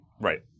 Right